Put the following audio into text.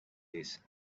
his